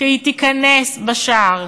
שהיא תיכנס בשער,